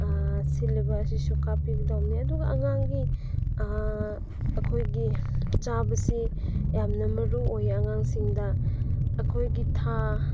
ꯁꯤꯜꯂꯤꯕ ꯑꯁꯤꯁꯨ ꯀꯥꯞꯄꯤꯒꯗꯧꯕꯅꯤ ꯑꯗꯨꯒ ꯑꯉꯥꯡꯒꯤ ꯑꯩꯈꯣꯏꯒꯤ ꯆꯥꯕꯁꯤ ꯌꯥꯝꯅ ꯃꯔꯨꯑꯣꯏ ꯑꯉꯥꯡꯁꯤꯡꯗ ꯑꯩꯈꯣꯏꯒꯤ ꯊꯥ